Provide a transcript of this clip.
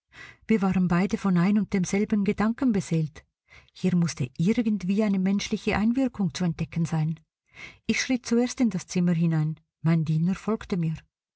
wir waren beide von ein und demselben gedanken beseelt hier mußte irgendwie eine menschliche einwirkung zu entdecken sein ich schritt zuerst in das zimmer hinein mein diener folgte mir